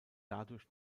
dadurch